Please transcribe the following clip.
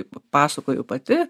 pasakoju pati